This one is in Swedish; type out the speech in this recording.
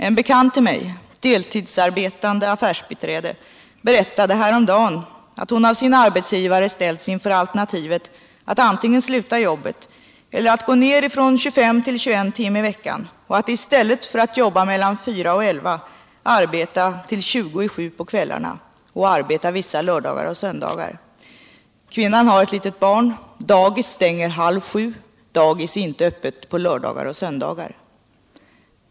En bekant till mig — ett deltidsarbetande affärsbiträde — berättade häromdagen att hon av sin arbetsgivare hade ställts inför alternativet att antingen sluta jobbet eller att gå ner från 25 till 21 timmar i veckan och att i stället för att arbeta mellan kl. 11 och 16 arbeta till 20 minuter i 7 på kvällarna samt att arbeta vissa lördagar och söndagar. Kvinnan har ett litet barn, som är på daghem, men dagis stänger kl. halv 7 och dagis är inte öppet på lördagar och söndagar.